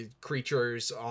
creatures